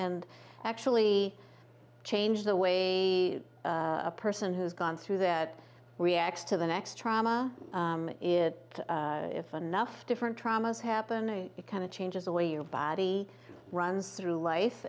and actually change the way the person who's gone through that reacts to the next trauma is if anough different traumas happen it kind of changes the way your body runs through life